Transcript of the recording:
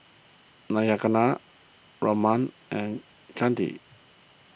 Raman and Chandi